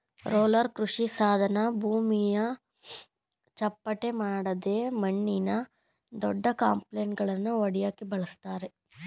roller ಕೃಷಿಸಾಧನ ಭೂಮಿನ ಚಪ್ಪಟೆಮಾಡಕೆ ಮಣ್ಣಿನ ದೊಡ್ಡಕ್ಲಂಪ್ಗಳನ್ನ ಒಡ್ಯಕೆ ಬಳುಸ್ತರೆ